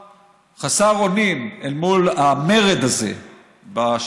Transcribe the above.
חסר אונים אל מול המרד הזה בשלטון,